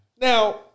Now